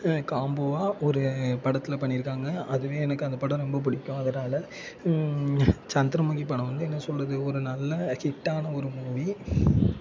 காம்போவாக ஒரு படத்தில் பண்ணியிருக்காங்க அதுவே எனக்கு அந்த படம் ரொம்ப பிடிக்கும் அதனால சந்திரமுகி படம் வந்து என்ன சொல்கிறது ஒரு நல்ல ஹிட்டான ஒரு மூவி